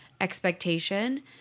expectation